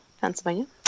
Pennsylvania